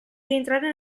rientrare